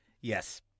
Yes